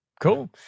cool